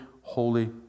holy